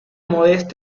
modesta